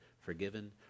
forgiven